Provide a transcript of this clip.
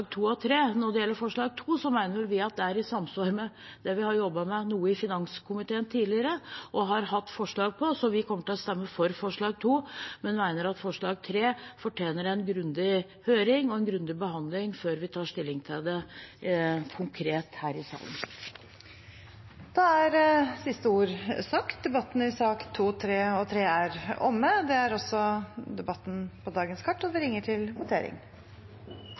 og forslag nr. 3. Når det gjelder forslag nr. 2, mener vel vi at det er i samsvar med det vi har jobbet noe med i finanskomiteen tidligere og har hatt forslag på, så vi kommer til å stemme for forslag nr. 2, men vi mener at forslag nr. 3 fortjener en grundig høring og en grundig behandling før vi tar stilling til det konkret her i salen. Da er siste ord sagt. Flere har ikke bedt om ordet til sakene nr. 2 og 3. Da er